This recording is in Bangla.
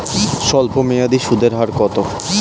স্বল্পমেয়াদী সুদের হার কত?